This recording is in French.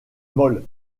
molle